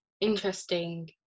interesting